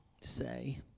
say